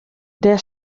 der